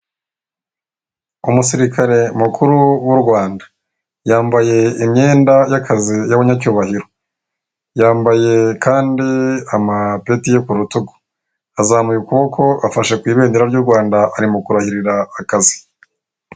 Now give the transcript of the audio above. Umusirikare mukuru w'u rwanda yambaye imyenda y'akazi y'abanyacyubahiro yambaye kandi amapeti yo ku rutugu azamuye ukuboko afasha ku ibendera ry'u rwanda ari mu kurahirira akazi.